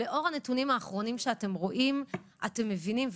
לאור הנתונים האחרונים שאתם רואים, אתם מבינים.